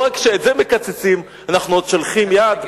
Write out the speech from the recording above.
לא רק שאת זה מקצצים, אנחנו עוד שולחים יד.